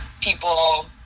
People